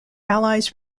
allies